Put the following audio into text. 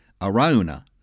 Arauna